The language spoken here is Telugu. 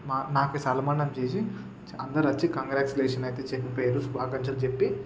మాకు నాకు సన్మానం చేసి అందరూ వచ్చి కంగ్రాజులేషన్ అయితే చెప్పారు శుభాకాంక్షలు చెప్పి